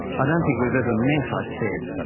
i don't think we've ever met i said.